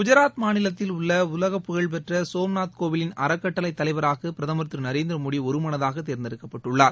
குஜராத் மாநிலத்தில் உள்ள உலகப்புகழ் பெற்ற சோம்நாத் கோவிலின் அறக்கட்டளை தலைவராக பிரதமர் திரு நரேந்திர மோடி ஒருமனதாக தேர்ந்தெடுக்கப்பட்டுள்ளார்